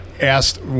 asked